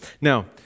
Now